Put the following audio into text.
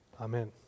amen